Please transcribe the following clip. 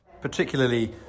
Particularly